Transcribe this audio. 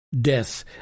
death